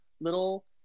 little